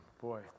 boy